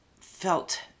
felt